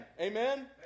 Amen